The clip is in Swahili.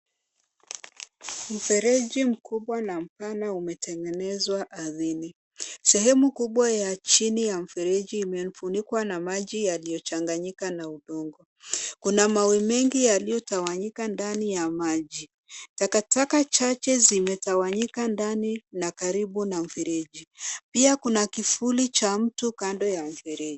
Mfereji mkubwa na mpana umetengenezwa ardhini. Sehemu kubwa ya chini ya mfereji imefunikwa na maji yaliyochanganyika na udongo. Kuna mawe mengi yaliyotawnyika ndani ya maji. Takataka chache zimetawanyika ndani na karibu na mfereji. Pia kuna kivuli cha mtu kando ya mfereji.